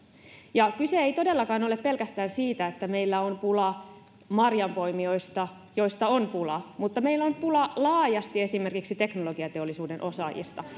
kyse ei todellakaan ole pelkästään siitä että meillä on pulaa marjanpoimijoista joista on pula vaan meillä on pula laajasti esimerkiksi teknologiateollisuuden osaajista